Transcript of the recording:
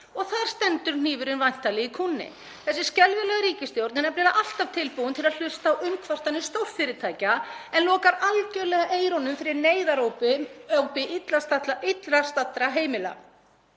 Og þar stendur hnífurinn væntanlega í kúnni. Þessi skelfilega ríkisstjórn er nefnilega alltaf tilbúin til að hlusta á umkvartanir stórfyrirtækja en lokar algerlega eyrunum fyrir neyðarópi illa staddra heimila.